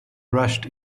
rushed